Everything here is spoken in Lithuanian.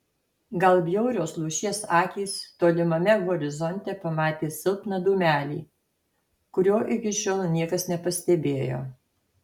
gal bjaurios lūšies akys tolimame horizonte pamatė silpną dūmelį kurio iki šiol niekas nepastebėjo